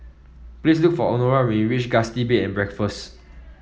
please look for Honora when you reach Gusti Bed and Breakfast